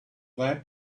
that